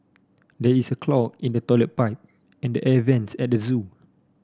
there is a clog in the toilet pipe and the air vents at the zoo